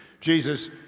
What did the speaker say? Jesus